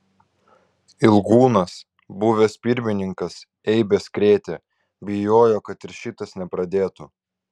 ilgūnas buvęs pirmininkas eibes krėtė bijojo kad ir šitas nepradėtų